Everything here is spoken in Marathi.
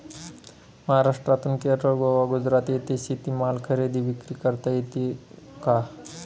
महाराष्ट्रातून केरळ, गोवा, गुजरात येथे शेतीमाल खरेदी विक्री करता येतो का?